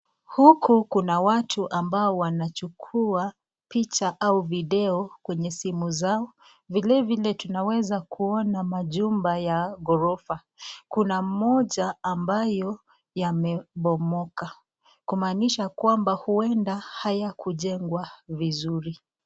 Huku Kuna watu ambao wanachukua picha au video kwenye simu zao, vile vile tunaweza kuona majumba ya gorofa. Kuna moja ambayo yamebomoka. Kumanisha kwamba huenda hayakujengwa vizuri.